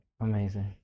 Amazing